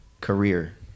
Career